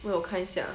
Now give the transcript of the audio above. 我看一下